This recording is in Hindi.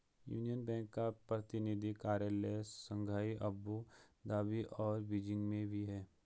यूनियन बैंक का प्रतिनिधि कार्यालय शंघाई अबू धाबी और बीजिंग में भी है